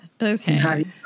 Okay